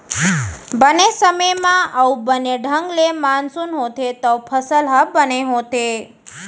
बने समे म अउ बने ढंग ले मानसून होथे तव फसल ह बने होथे